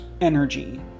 energy